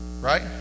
right